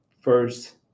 first